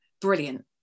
Brilliant